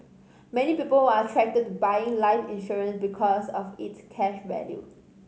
many people are attracted to buying life insurance because of its cash value